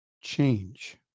change